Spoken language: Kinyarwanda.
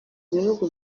bihugu